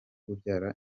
ubyara